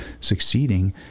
succeeding